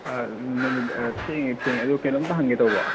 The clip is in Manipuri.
ꯅꯨꯃꯤꯠ ꯊꯦꯡꯉꯦ ꯊꯦꯡꯉꯦ ꯑꯗꯣ ꯀꯩꯅꯣꯝꯇ ꯍꯪꯒꯦ ꯇꯧꯕ